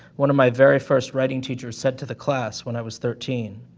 one of my very first writing teachers said to the class, when i was thirteen.